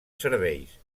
serveis